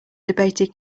debated